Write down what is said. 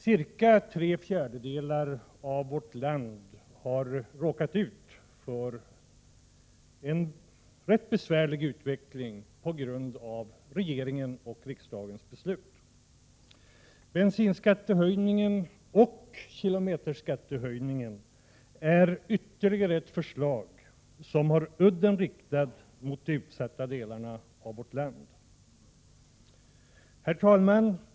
Ungefär tre fjärdedelar av vårt land har råkat ut för en rätt besvärlig utveckling på grund av regeringens och riksdagens beslut. Bensinskattehöjningen och kilometerskattehöjningen är ytterligare förslag som har udden riktade mot de utsatta delarna av vårt land. Herr talman!